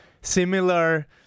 similar